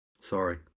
Sorry